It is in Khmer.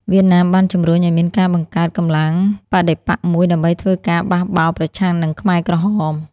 វៀតណាមបានជំរុញឱ្យមានការបង្កើតកម្លាំងបដិបក្ខមួយដើម្បីធ្វើការបះបោរប្រឆាំងនឹងខ្មែរក្រហម។